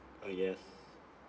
uh yes